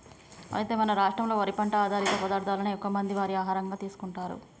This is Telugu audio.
అయితే మన రాష్ట్రంలో వరి పంట ఆధారిత పదార్థాలనే ఎక్కువ మంది వారి ఆహారంగా తీసుకుంటారు